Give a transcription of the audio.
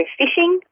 fishing